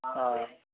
ಹಾಂ